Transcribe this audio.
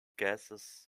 gases